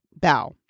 bow